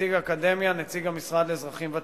נציג האקדמיה, נציג המשרד לאזרחים ותיקים,